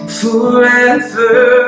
forever